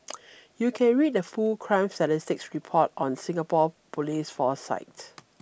you can read the full crime statistics report on Singapore police force site